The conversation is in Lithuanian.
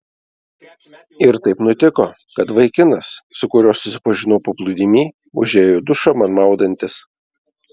ir taip nutiko kad vaikinas su kuriuo susipažinau paplūdimy užėjo į dušą man maudantis